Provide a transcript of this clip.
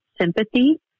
sympathy